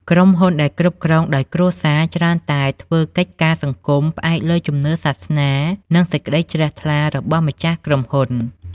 ក្រុមហ៊ុនដែលគ្រប់គ្រងដោយ គ្រួសារ ច្រើនតែធ្វើកិច្ចការសង្គមផ្អែកលើជំនឿសាសនា និងសេចក្ដីជ្រះថ្លារបស់ម្ចាស់ក្រុមហ៊ុន។